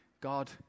God